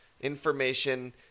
Information